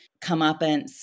comeuppance